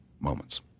moments